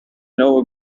know